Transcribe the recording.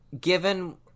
Given